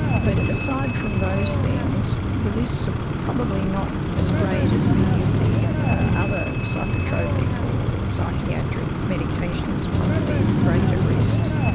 but aside from those things, the risks are probably not as great as many of the other psychotropic or psychiatric medications, probably greater risks.